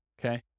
Okay